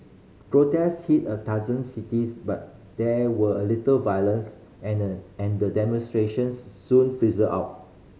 protests hit a dozen cities but there were a little violence and the and the demonstrations soon fizzled out